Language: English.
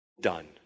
done